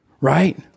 Right